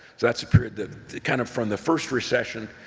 that's a period that kind of from the first recession,